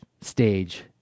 stage